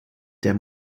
der